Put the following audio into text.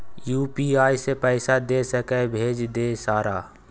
UPI से पैसा दे सके भेज दे सारा?